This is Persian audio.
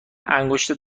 انگشت